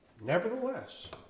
Nevertheless